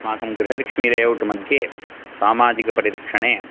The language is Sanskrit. अस्माकं गृहलक्ष्मी ले औट् मध्ये सामाजिकपरिरक्षणे